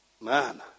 Man